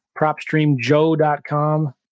propstreamjoe.com